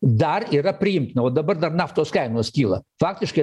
dar yra priimtina o dabar dar naftos kainos kyla faktiškai